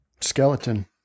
skeleton